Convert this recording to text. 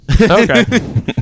Okay